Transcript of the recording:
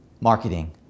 marketing